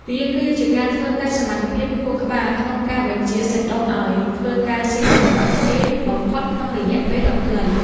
វាគឺជាការធ្វើតេស្តសមត្ថភាពខួរក្បាលក្នុងការបញ្ជាសាច់ដុំឱ្យធ្វើការស៊ីចង្វាក់គ្នាបំផុតក្នុងរយៈពេលដ៏ខ្លី។